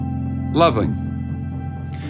loving